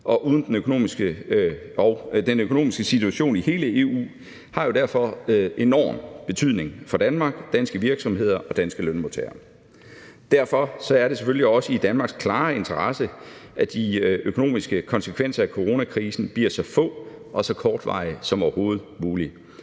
og den økonomiske situation i hele EU har derfor enorm betydning for Danmark, danske virksomheder og danske lønmodtagere. Derfor er det selvfølgelig også i Danmarks klare interesse, at de økonomiske konsekvenser af coronakrisen bliver så få og så kortvarige som overhovedet muligt.